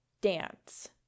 dance